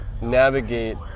navigate